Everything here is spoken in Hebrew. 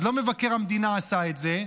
אז לא מבקר המדינה עשה את זה,